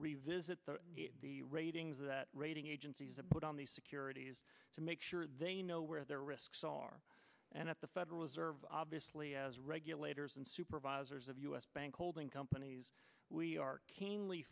revisit the ratings that rating agencies have put on these securities to make sure they know where their risks are and at the federal reserve obviously as regulators and supervisors of u s bank holding companies we are keenly